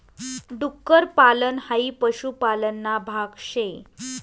डुक्कर पालन हाई पशुपालन ना भाग शे